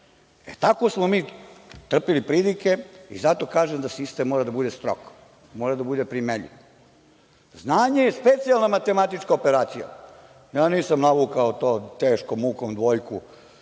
tako smo mi trpeli pridike i zato kažem da sistem mora da bude strog, mora da bude primenljiv. Znanje je specijalna matematička operacija. Ja nisam navukao to, teškom mukom dvojku